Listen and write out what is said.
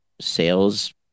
sales